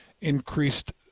increased